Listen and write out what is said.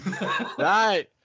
Right